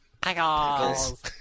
Pickles